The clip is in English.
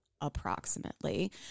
approximately